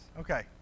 Okay